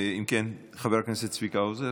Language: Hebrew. אם כן, חבר הכנסת צבי האוזר,